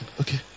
Okay